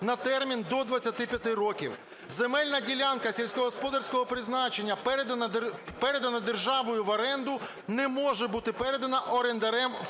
на термін до 25 років. Земельна ділянка сільськогосподарського призначення, передана державою в оренду, не може бути передана орендарем в